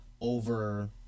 over